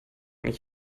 nicht